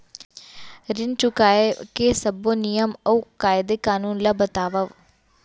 ऋण चुकाए के सब्बो नियम अऊ कायदे कानून ला बतावव